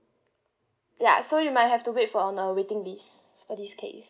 ya so you might have to wait for on a waiting list for this case